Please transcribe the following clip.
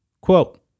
Quote